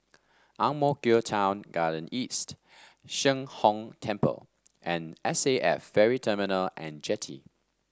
Ang Mo Kio Town Garden East Sheng Hong Temple and S A F Ferry Terminal and Jetty